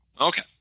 Okay